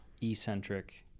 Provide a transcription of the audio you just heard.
eccentric